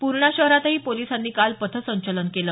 पूर्णा शहरातही पोलिसांनी काल पथसंचलन केलं